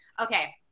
okay